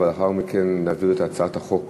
ולאחר מכן נעביר את הצעת החוק